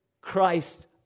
Christ